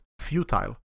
futile